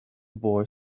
boy